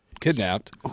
Kidnapped